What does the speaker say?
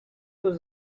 was